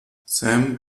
sam